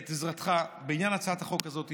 את עזרתך בעניין הצעת החוק הזו.